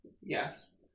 Yes